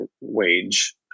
wage